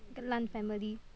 一个烂 family